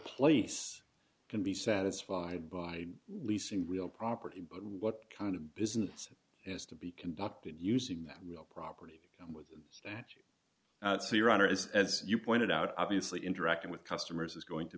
place can be satisfied by leasing real property but what kind of business is to be conducted using that real property with the statue so your honor is as you pointed out obviously interacting with customers is going to